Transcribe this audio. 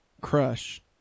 Crush